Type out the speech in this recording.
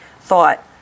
thought